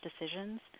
decisions